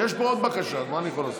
יש פה עוד בקשה, אז מה אני יכול לעשות?